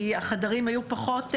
כי החדרים היו פחות,